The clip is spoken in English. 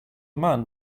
man